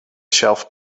shelf